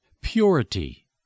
purity